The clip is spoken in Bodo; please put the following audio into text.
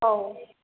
औ